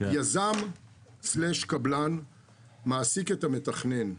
-- יזם/קבלן מעסיק את המתכנן,